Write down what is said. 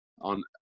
on